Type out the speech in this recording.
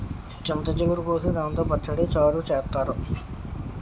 చింత చిగురు కోసి దాంతో పచ్చడి, చారు చేత్తారు